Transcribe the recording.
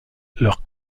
leur